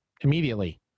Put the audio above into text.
immediately